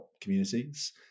communities